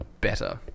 better